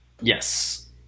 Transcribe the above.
Yes